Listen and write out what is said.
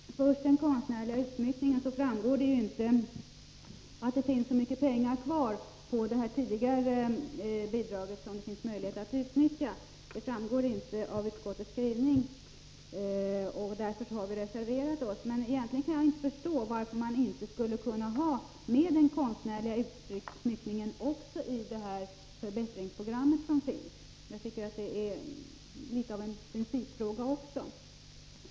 Herr talman! När det först gäller den konstnärliga utsmyckningen, framgår det inte av utskottets skrivning att det finns så mycket pengar kvar av detta tidigare bidrag som det är möjligt att utnyttja. Därför har vi reserverat oss. Jag kan egentligen inte förstå varför man inte skulle kunna ha med också den konstnärliga utsmyckningen i förbättringsprogrammet. Det är litet av en principfråga.